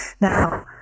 Now